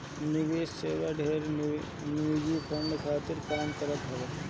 निवेश सेवा ढेर निजी फंड खातिर काम करत हअ